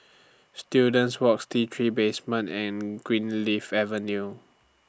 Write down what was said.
Students Walks T three Basement and Greenleaf Avenue